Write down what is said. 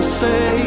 say